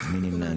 מי נמנע?